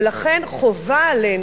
ולכן חובה עלינו,